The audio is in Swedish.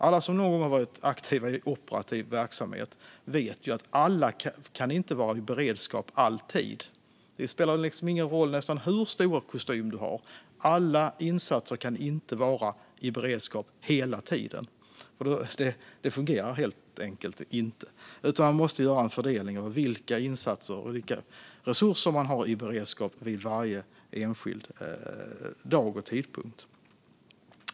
Alla som någon gång har varit aktiva i operativ verksamhet vet att alla inte alltid kan vara i beredskap. Det spelar knappt någon roll hur stor kostym man har - alla insatser kan inte vara i beredskap hela tiden. Det fungerar helt enkelt inte, utan man måste göra en fördelning av de insatser och resurser man har i beredskap vid varje enskild dag och tidpunkt.